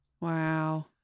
wow